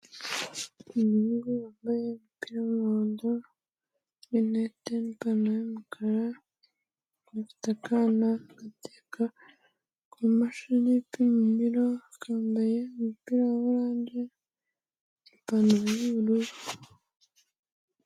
Umuhungu wambaye umupira w,umumuhondo benneten b yumukara natakana gateka kumashini pmira kambaye umupira wa orange ipantaro y,ubururu